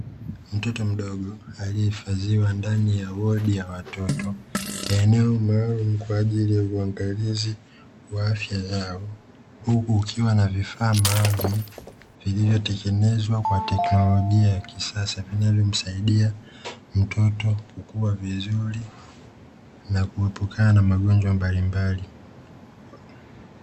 Mtoto mdogo aliyehifadhiwa ndani ya wodi ya watoto, eneo maalum kwaajili ya uangalizi wa afya zao, huku kukiwa na vifaa maalumu, vilivyo tengenezwa kwa teknolojia ya kisasa vinavyo msaidia mtoto kukua vizuri na kuepukana na magonjwa mbalimbali.